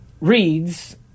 reads